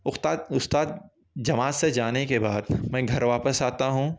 اُستاد استاد جماعت سے جانے کے بعد میں گھر واپس آتا ہوں